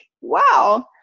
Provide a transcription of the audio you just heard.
Wow